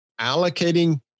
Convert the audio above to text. allocating